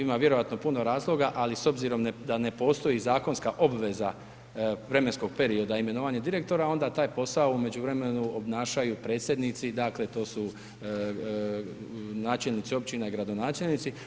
Ima vjerojatno puno razloga, ali s obzirom da ne postoji zakonska obveza vremenskog perioda imenovanja direktora, onda taj posao u međuvremenu obnašaju predsjednici, dakle, to su načelnici općina i gradonačelnici.